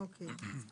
אוקיי.